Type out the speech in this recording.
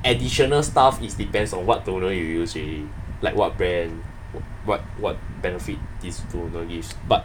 additional stuff is depends on what toner you use already like what brand what what benefit this toner gives